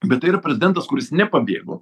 bet tai yra prezidentas kuris nepabėgo